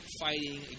fighting